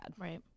Right